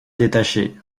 détaché